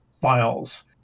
files